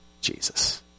Jesus